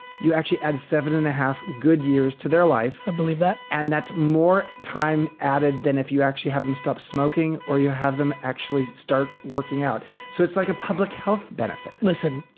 you actually add seven and a half good years to their life. i believe that. and that's more time added than if you actually have them stop smoking or you have them actually start working out. so it's like a public health benefit. listen,